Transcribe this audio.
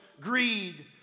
greed